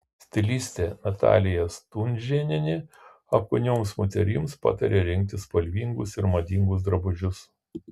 stilistė natalija stunžėnienė apkūnioms moterims pataria rinktis spalvingus ir madingus drabužius